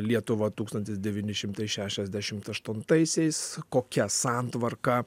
lietuva tūkstantis devyni šimtai šešiasdešimt aštuntaisiais kokia santvarka